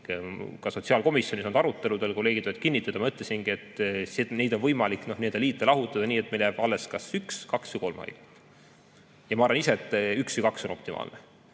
Ka sotsiaalkomisjonis olnud aruteludel, kolleegid võivad kinnitada, ma ütlesingi, et neid on võimalik liita-lahutada nii, et meil jääb alles kas üks, kaks või kolm haiglat. Ma arvan, et üks või kaks on optimaalne.